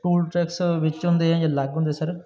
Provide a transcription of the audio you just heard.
tool tax ਵਿੱਚ ਹੁੰਦੇ ਜਾਂ ਅਲੱਗ ਹੁੰਦੇ ਸਰ